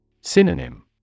Synonym